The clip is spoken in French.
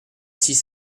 six